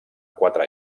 quatre